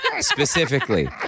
specifically